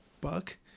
buck